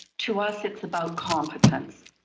to us it's about competence.